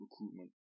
recruitment